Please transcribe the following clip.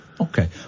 Okay